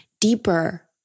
deeper